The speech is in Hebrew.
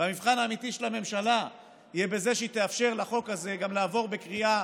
והמבחן האמיתי של הממשלה יהיה בזה שהיא תאפשר לחוק הזה גם לעבור בקריאה